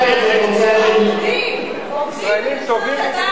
"ישראלים טובים"?